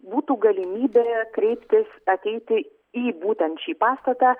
būtų galimybė kreiptis ateiti į būtent šį pastatą